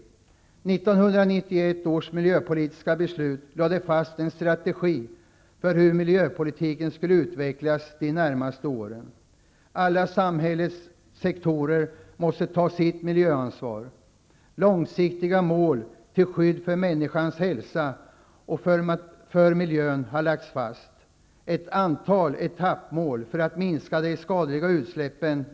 I och med 1991 års miljöpolitiska beslut lades det fast en strategi för hur miljöpolitiken skall utvecklas de närmaste åren. Alla samhällets sektorer måste ta sitt miljöansvar. Långsiktiga mål till skydd för människors hälsa och för miljön har lagts fast, liksom även ett antal etappmål för att minska de skadliga utsläppen.